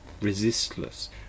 resistless